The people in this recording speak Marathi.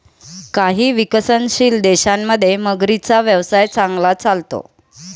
काही विकसनशील देशांमध्ये मगरींचा व्यवसाय चांगला चालतो